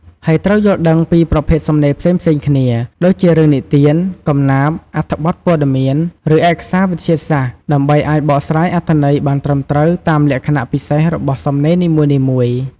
ហើយត្រូវយល់ដឹងពីប្រភេទសំណេរផ្សេងៗគ្នា ដូចជារឿងនិទាន កំណាព្យ អត្ថបទព័ត៌មាន ឬឯកសារវិទ្យាសាស្ត្រ ដើម្បីអាចបកស្រាយអត្ថន័យបានត្រឹមត្រូវតាមលក្ខណៈពិសេសរបស់សំណេរនីមួយៗ។